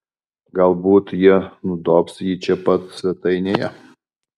galbūt jie nudobs jį čia pat svetainėje